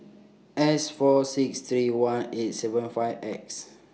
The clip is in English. S four six three one eight seven five X